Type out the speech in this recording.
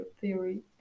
theory